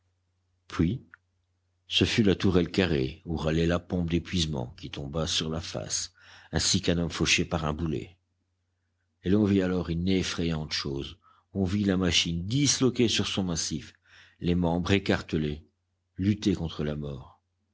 puis ce fut la tourelle carrée où râlait la pompe d'épuisement qui tomba sur la face ainsi qu'un homme fauché par un boulet et l'on vit alors une effrayante chose on vit la machine disloquée sur son massif les membres écartelés lutter contre la mort